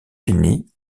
finie